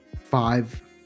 five